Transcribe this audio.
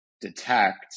detect